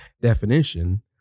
definition